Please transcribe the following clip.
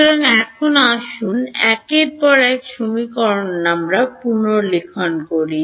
সুতরাং এখন আসুন এখানে একের পর এক সমীকরণটি পুনর্লিখন করি